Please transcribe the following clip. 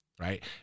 right